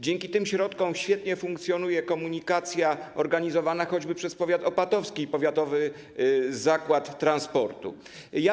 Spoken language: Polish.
Dzięki tym środkom świetnie funkcjonuje komunikacja organizowana choćby przez powiat opatowski - Powiatowy Zakład Transportu w Opatowie.